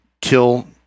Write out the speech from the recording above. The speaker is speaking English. kill